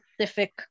specific